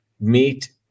meet